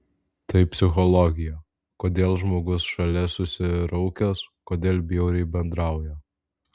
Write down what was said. tai psichologija kodėl žmogus šalia susiraukęs kodėl bjauriai bendrauja